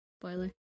spoiler